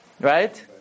right